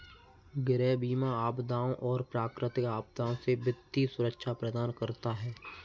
गृह बीमा आपदाओं और प्राकृतिक आपदाओं से वित्तीय सुरक्षा प्रदान करता है